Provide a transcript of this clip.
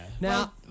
Now